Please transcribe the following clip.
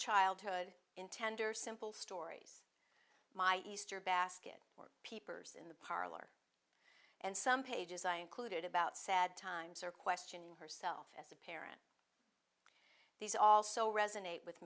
childhood in tender simple stories my easter basket or peepers in the parlor and some pages i included about sad times or questioning herself as a parent these are all so resonate with